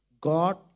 God